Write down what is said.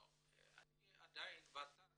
ות"ת